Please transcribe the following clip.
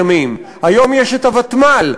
היום יש ותמ"ל,